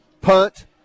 punt